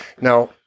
now